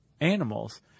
animals